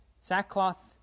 Sackcloth